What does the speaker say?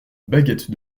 baguette